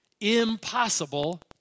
Impossible